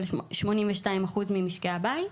של 82% ממשקי הבית,